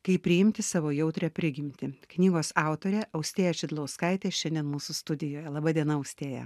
kaip priimti savo jautrią prigimtį knygos autorė austėja šidlauskaitė šiandien mūsų studijoje laba diena austėja